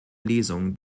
lesung